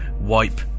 Wipe